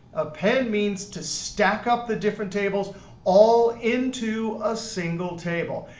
append means to stack up the different tables all into a single table.